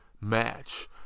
match